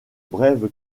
brève